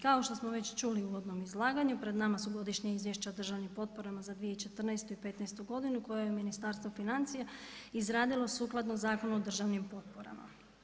Kao što smo već čuli u uvodnom izlaganju pred nama su Godišnja izvješća o državnim potporama za 2014. i petnaestu godinu koje je Ministarstvo financija izradilo sukladno Zakonu o državnim potporama.